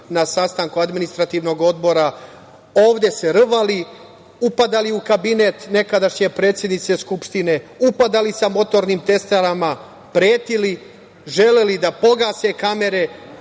na sastanku Administrativnog odbora, ovde se rvali, upadali u Kabinet nekadašnje predsednice Skupštine, upadali sa motornim testerama, pretili, želeli da pogase kamere